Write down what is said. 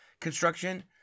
construction